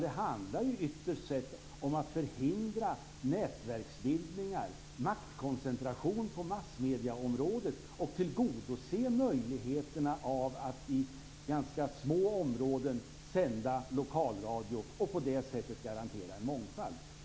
Det handlar ytterst om att förhindra nätverksbildningar och maktkoncentration på massmedieområdet, att tillgodose möjligheterna att i ganska små områden sända lokalradio och på det sättet garantera en mångfald.